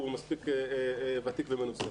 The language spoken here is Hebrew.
הוא מספיק ותיק ומנוסה.